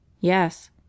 Yes